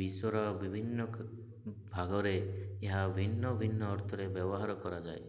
ବିଶ୍ୱର ବିଭିନ୍ନ ଭାଗରେ ଏହା ଭିନ୍ନ ଭିନ୍ନ ଅର୍ଥରେ ବ୍ୟବହାର କରାଯାଏ